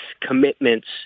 commitments